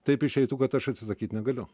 taip išeitų kad aš atsisakyt negaliu